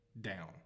down